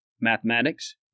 mathematics